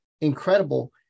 incredible